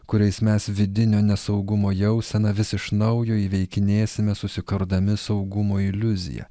kuriais mes vidinio nesaugumo jauseną vis iš naujo įveikinėsime susikurdami saugumo iliuziją